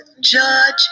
judge